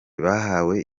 bahawe